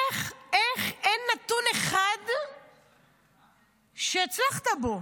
איך אין נתון אחד שהצלחת בו?